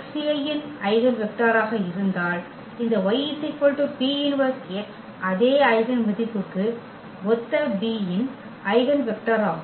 x A இன் eigen வெக்டராக இருந்தால் இந்த y P−1x அதே ஐகென் மதிப்புக்கு ஒத்த B இன் ஐகென் வெக்டர் ஆகும்